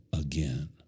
again